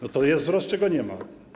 No to jest wzrost czy go nie ma?